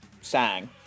sang